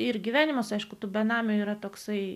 ir gyvenimas aišku tų benamių yra toksai